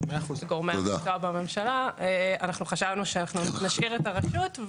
אז גורמי המקצוע בממשלה חשבנו שאנחנו נשאיר את הרשות,